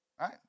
right